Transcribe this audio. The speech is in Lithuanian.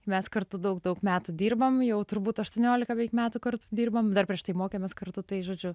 mes kartu daug daug metų dirbam jau turbūt aštuoniolika beveik metų kartu dirbam dar prieš tai mokėmės kartu tai žodžiu